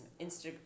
Instagram